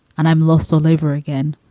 and i'm lost all over again.